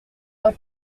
d’un